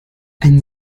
ein